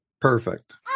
perfect